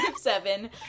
seven